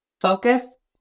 focus